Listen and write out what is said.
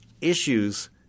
issues